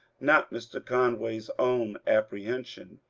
not mr. conway's own apprehension.